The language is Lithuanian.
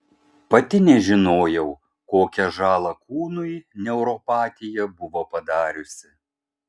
pati nežinojau kokią žalą kūnui neuropatija buvo padariusi